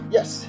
Yes